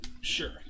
sure